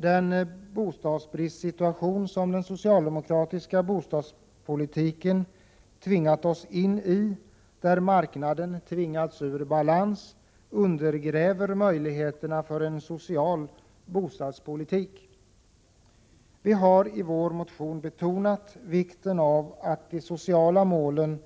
Den bostadsbristsituation som den socialdemokratiska bostadspolitiken tvingat oss in i och genom vilken marknaden bringats ur balans, undergräver möjligheterna för en social bostadspolitik. Vi hari vår motion betonat vikten av att de sociala målen